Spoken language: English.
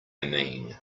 mean